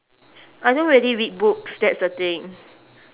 I don't really read books that's the thing